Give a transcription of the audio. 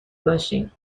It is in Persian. باشیم